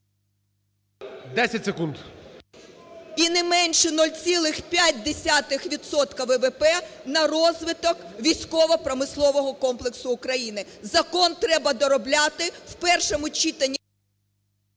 Ю.В. … і не менше 0,5 відсотка ВВП на розвиток військово-промислового комплексу України. Закон треба доробляти в першому читанні…